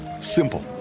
simple